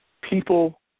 people